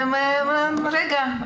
רגע,